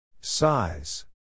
Size